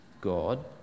God